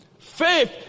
Faith